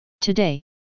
Today